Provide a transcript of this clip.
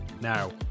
Now